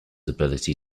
ability